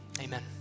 amen